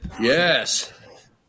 Yes